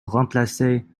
remplacer